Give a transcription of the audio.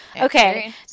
Okay